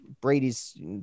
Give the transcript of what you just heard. Brady's